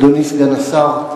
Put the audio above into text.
אדוני סגן השר,